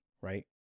Right